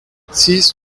six